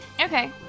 Okay